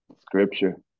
Scripture